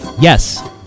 yes